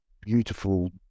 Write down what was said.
beautiful